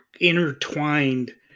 intertwined